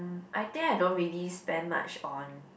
I think I don't really spend much on